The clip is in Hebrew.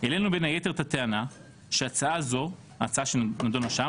העלינו בין היתר את הטענה שהצעה זו ההצעה שנדונה שם